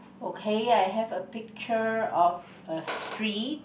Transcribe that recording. okay I have a picture of a street